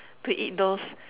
to eat those